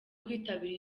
kwitabira